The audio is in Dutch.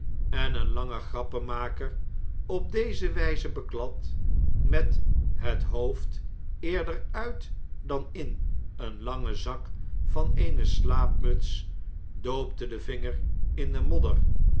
en een lange grappenmaker op deze wpe beklad met het hoofd eerder uit dan in een langen zak van eene slaapmuts doopte den vinger in de modder